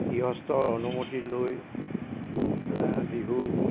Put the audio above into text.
গৃহস্থৰ অনুমতি লৈ বিহু